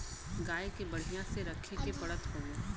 गाय के बढ़िया से रखे के पड़त हउवे